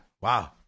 wow